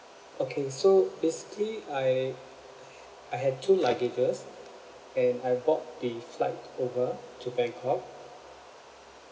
okay so basically I I had two luggages and I board the flight over to bangkok